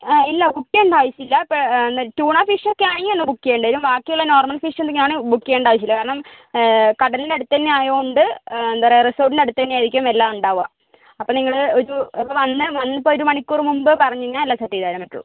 ആ ഇല്ല ബുക്ക് ചെയ്യണ്ട ആവശ്യമില്ല ട്യൂണാ ഫീഷൊക്കെയാണെങ്കിൽ ബുക്ക് ചെയ്യേണ്ടി വരും ബാക്കിയുള്ള നോർമൽ ഫിഷ് എന്തെങ്കിലുമാണ് ബുക്ക് ചെയ്യണ്ട ആവശ്യമില്ല കാരണം കടലിൻറ്റ അടുത്ത് തന്നെ ആയതുകൊണ്ട് എന്താ പറയുക റിസോർട്ടിൻ്റെ അടുത്ത് തന്നെ ആയിരിക്കും എല്ലാം ഉണ്ടാവുക അപ്പം നിങ്ങള് ഒരു അപ്പോൾ വരുന്ന മുൻപ് ഒരു മണിക്കൂർ മുമ്പ് പറഞ്ഞ് കഴിഞ്ഞാൽ എല്ലാം സെറ്റ് ചെയ്ത് തരാൻ പറ്റുകയുള്ളു